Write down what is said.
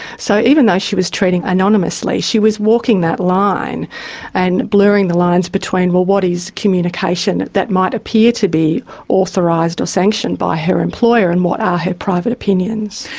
so even though she was tweeting anonymously, she was walking that line and blurring the lines between, well, what is communication that might appear to be authorised or sanctioned by her employer, and what are her private opinions?